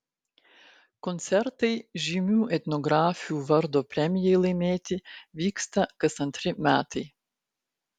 koncertai žymių etnografių vardo premijai laimėti vyksta kas antri metai